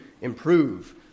improve